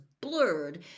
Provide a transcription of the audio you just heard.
blurred